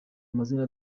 amazina